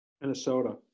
Minnesota